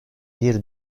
bir